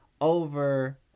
over